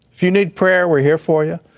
if you need prayer, we're here for you.